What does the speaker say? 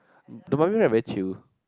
the Mummy ride very chill